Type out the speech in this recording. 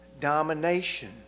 domination